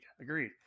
Agreed